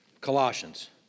Colossians